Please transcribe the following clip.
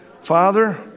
Father